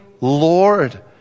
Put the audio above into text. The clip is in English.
Lord